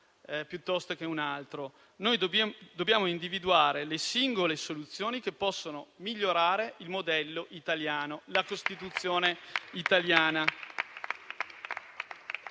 sistema o di un altro, ma dobbiamo individuare le singole soluzioni che possono migliorare il modello italiano, la Costituzione italiana